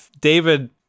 David